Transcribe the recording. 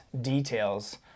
details